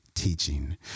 teaching